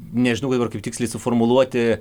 nežinau dabar kaip tiksliai suformuluoti